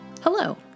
Hello